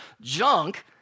junk